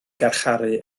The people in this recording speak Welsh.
garcharu